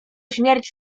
śmierć